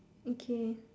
okay